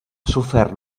sofert